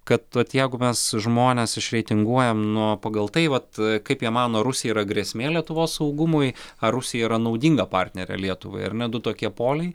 kad vat jeigu mes žmones išreitinguojam nu pagal tai vat kaip jie mano rusija yra grėsmė lietuvos saugumui ar rusija yra naudinga partnerė lietuvai ar ne du tokie poliai